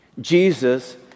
Jesus